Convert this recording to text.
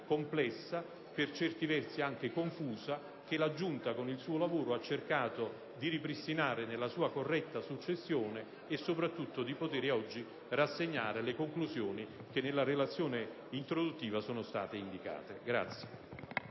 complessa, per certi versi anche confusa, che la Giunta col suo lavoro ha cercato di ripristinare nella sua corretta successione, rassegnando oggi le conclusioni che nella relazione introduttiva sono state indicate.